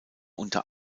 unter